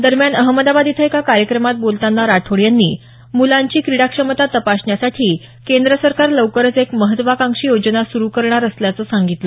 दरम्यान अहमदाबाद इथं एका कार्यक्रमात बोलताना राठोड यांनी मुलांची क्रीडा क्षमता तपासण्यासाठी केंद्र सरकार लवकरच एक महत्त्वाकांक्षी योजना सुरु करणार असल्याचं सांगितलं